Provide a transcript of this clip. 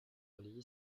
relayé